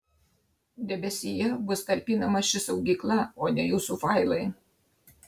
debesyje bus talpinama ši saugykla o ne jūsų failai